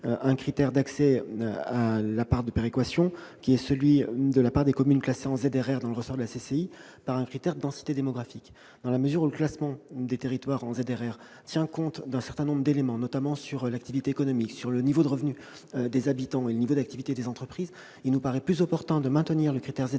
un critère d'accès à la part de péréquation, qui est celui de la part des communes classées en ZRR dans le ressort de la chambre de commerce et d'industrie, par un critère de densité démographique. Dans la mesure où le classement du territoire en ZRR tient compte d'un certain nombre d'éléments, notamment l'activité économique, le niveau de revenu des habitants et le niveau d'activité des entreprises, il nous paraît plus opportun de maintenir le critère ZRR